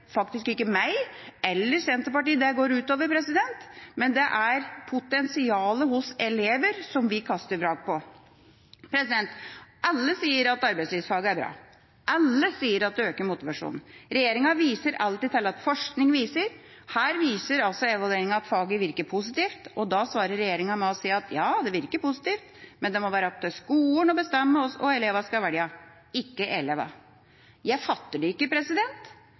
meg eller Senterpartiet det går ut over, men det er potensialet hos elever vi kaster vrak på. Alle sier at arbeidslivsfaget er bra, alle sier at det øker motivasjonen. Regjeringa viser alltid til at «forskning viser». Her viser evalueringa at faget virker positivt. Da svarer regjeringa med å si at ja, det virker positivt, men det må være opp til skolene å bestemme hva elevene skal velge, ikke elevene. Jeg fatter det ikke.